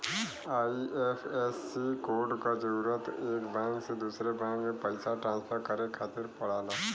IFSC code क जरूरत एक बैंक से दूसरे बैंक में पइसा ट्रांसफर करे खातिर पड़ला